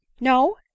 No